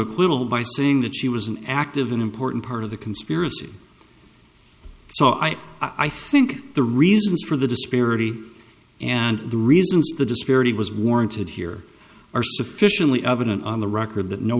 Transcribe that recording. saying that she was an active an important part of the conspiracy so i i think the reasons for the disparity and the reasons the disparity was warranted here are sufficiently evident on the record that no